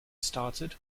started